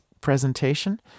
presentation